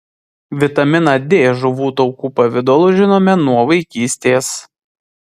vitaminą d žuvų taukų pavidalu žinome nuo vaikystės